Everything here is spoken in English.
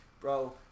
bro